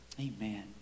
Amen